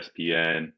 ESPN